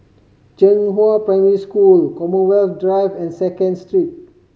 Zhenghua Primary School Commonwealth Drive and Second Street